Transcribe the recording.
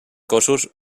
cossos